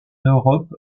europe